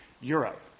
Europe